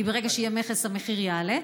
כי ברגע שיהיה מכס המחיר יעלה.